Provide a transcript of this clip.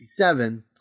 1967